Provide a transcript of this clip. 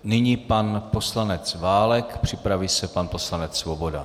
Nyní pan poslanec Válek, připraví se pan poslanec Svoboda.